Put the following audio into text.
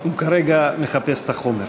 הוא כרגע מחפש את החומר.